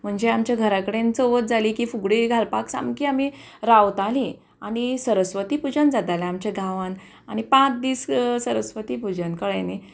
म्हणजे आमच्या घरा कडेन चवथ जाली की फुगडी घालपाक सामकी आमी रावतालीं आनी सरस्वती पुजन जातालें आमच्या गांवांत आनी पांच दीस सरस्वती पुजन कळ्ळें न्ही